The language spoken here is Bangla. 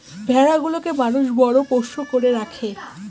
ভেড়া গুলোকে মানুষ বড় পোষ্য করে রাখে